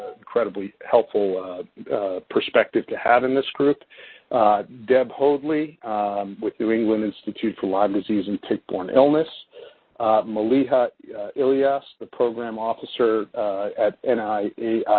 incredibly helpful perspective to have in this group deb hoadley with new england institute for lyme disease and tick-born illness maliha ilias, the program officer at and i mean